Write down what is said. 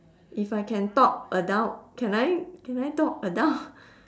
if I can talk adult can I can I talk adult